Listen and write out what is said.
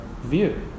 view